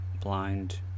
blind